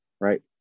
right